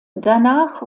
danach